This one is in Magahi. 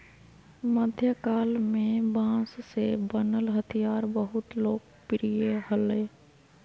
मध्यकाल में बांस से बनल हथियार बहुत लोकप्रिय हलय